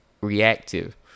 reactive